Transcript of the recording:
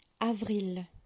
Avril